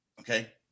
okay